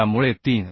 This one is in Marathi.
त्यामुळे 3